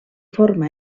forma